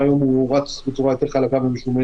והיום הוא רץ בצורה יותר חלקה ומשומנת.